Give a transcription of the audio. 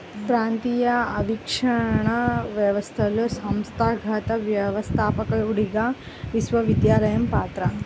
ప్రాంతీయ ఆవిష్కరణ వ్యవస్థలో సంస్థాగత వ్యవస్థాపకుడిగా విశ్వవిద్యాలయం పాత్ర